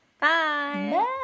Bye